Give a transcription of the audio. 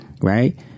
Right